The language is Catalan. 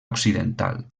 occidental